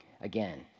Again